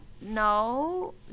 No